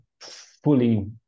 fully